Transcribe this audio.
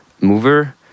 mover